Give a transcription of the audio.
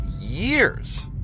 years